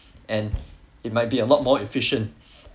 and it might be a lot more efficient